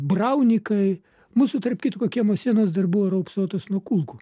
braunykai mūsų tarp kitko kiemo sienos dar buvo raupsuotos nuo kulkų